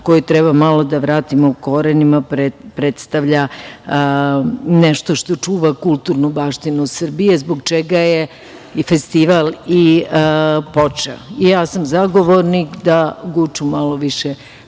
koju treba malo da vratimo korenima. „Guča“ predstavlja nešto što čuva kulturnu baštinu Srbije, zbog čega je festival i počeo. Ja sam zagovornik da „Guču“ malo više